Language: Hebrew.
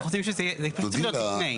זה צריך להיות לפני.